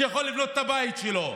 שיוכל לבנות את הבית שלו,